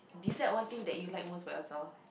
decide one thing that you like most about yourself